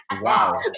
Wow